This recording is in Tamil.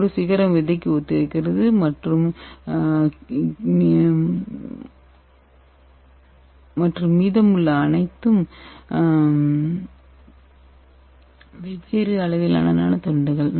ஒரு சிகரம் விதைக்கு ஒத்திருக்கிறது மற்றும் மீதமுள்ள அனைத்தும் வெவ்வேறு அளவிலான நானோ தண்டுகள்